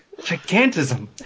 Gigantism